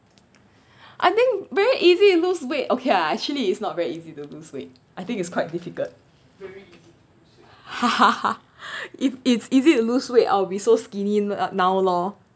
I think very easy you lose weight okay lah actually it's not very easy to lose weight I think it's quite difficult if it's easy to lose weight I'll be so skinny n~ now lor